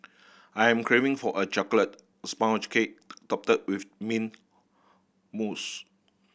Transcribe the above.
I am craving for a chocolate sponge cake topped with mint mousse